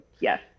Yes